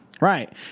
right